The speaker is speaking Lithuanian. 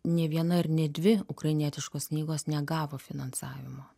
nė viena ar ne dvi ukrainietiškos knygos negavo finansavimo